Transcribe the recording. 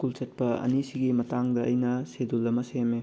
school ꯆꯠꯄ ꯑꯅꯤꯁꯤꯒꯤ ꯃꯇꯥꯡꯗ ꯑꯩꯅ ꯁꯦꯗꯨꯜ ꯑꯃ ꯁꯦꯝꯃꯦ